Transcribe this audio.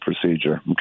procedure